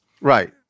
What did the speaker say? Right